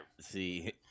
see